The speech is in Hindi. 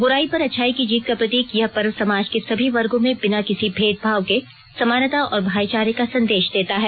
बुराई पर अच्छाई की जीत का प्रतीक यह पर्व समाज के सभी वर्गो में बिना किसी भेदभाव के समानता और भाईचारे का संदेश देता है